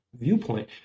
viewpoint